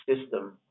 system